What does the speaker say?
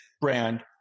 brand